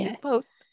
post